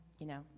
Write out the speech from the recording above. you know,